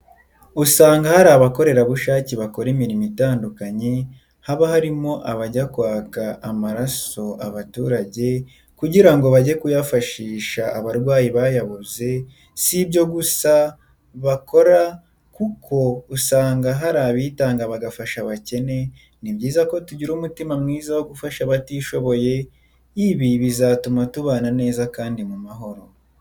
Usanga hari abakorerabushake bakora imirimo itandukanye haba harimo abajya kwaka amaraso abaturage kugira ngo bajye kuyafashisha abarwayi bayabuze, si ibyo gusa bakora kuko usanga hari abitanga bagafasha abakene, ni byiza ko tugira umutima mwiza wo gufasha abatishoboye, ibi bizatuma tubana neza kandi mu mahoro.